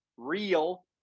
real